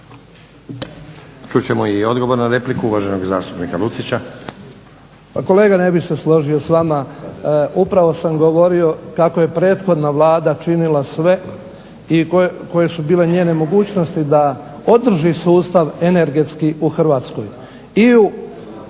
Čut ćemo i odgovor na repliku uvaženog zastupnika Lucića. **Lucić, Franjo (HDZ)** Pa kolega ne bih se složio s vama. Upravo sam govorio kako je prethodna Vlada činila sve i koje su bile njene mogućnosti da održi sustav energetski u Hrvatskoj.